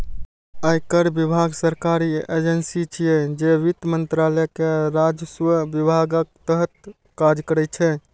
आयकर विभाग सरकारी एजेंसी छियै, जे वित्त मंत्रालय के राजस्व विभागक तहत काज करै छै